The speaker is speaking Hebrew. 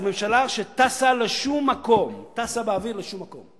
זו ממשלה שטסה לשום מקום, טסה באוויר לשום מקום.